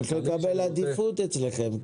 הוא צריך לקבל עדיפות אצלכם.